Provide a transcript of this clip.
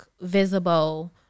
visible